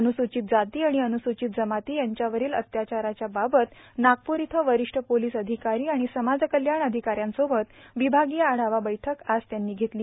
अनुसूचित जाती आणि अनुसूचित जमाती यांच्यावरील अत्याचाराच्या बाबत नागपूर इथं वरिश्ठ पोलीस अधिकारी आणि समाजकल्याण अधिकाऱ्यांसोबत विभागीय आढावा बैठक आज त्यांनी घेतली